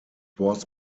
was